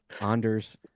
anders